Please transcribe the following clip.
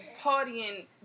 partying